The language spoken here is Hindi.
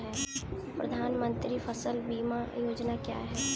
प्रधानमंत्री फसल बीमा योजना क्या है?